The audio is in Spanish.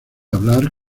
hablar